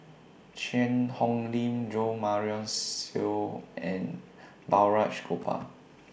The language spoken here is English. Cheang Hong Lim Jo Marion Seow and Balraj Gopal